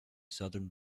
southern